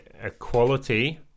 equality